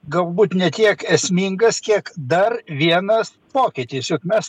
galbūt ne tiek esmingas kiek dar vienas pokytis jog mes